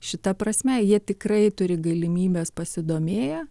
šita prasme jie tikrai turi galimybes pasidomėję